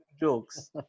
jokes